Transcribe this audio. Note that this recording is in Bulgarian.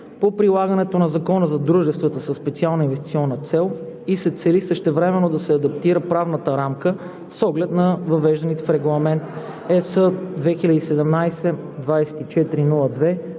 по прилагането на Закона за дружествата със специална инвестиционна цел и се цели същевременно да се адаптира правната рамка с оглед на въвежданите с Регламент (ЕС) 2017/2402